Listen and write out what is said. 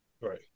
Right